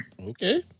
Okay